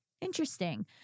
interesting